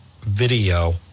video